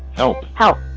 help. help.